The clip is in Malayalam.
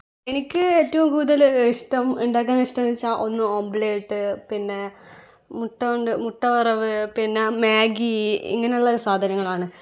എനിക്ക് ഏറ്റവും കൂതൽ ഇഷ്ടം ഉണ്ടാക്കാൻ ഇഷ്ടം എന്ന് വെച്ചാൽ ഒന്ന് ഓംലെറ്റ് പിന്നെ മുട്ട കൊണ്ട് മുട്ട വറവ് പിന്നെ മാഗ്ഗി ഇങ്ങനെയുള്ള സാധനങ്ങളാണ്